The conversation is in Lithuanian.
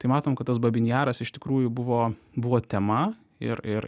tai matom kad tas babyn jaras iš tikrųjų buvo buvo tema ir ir